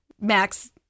Max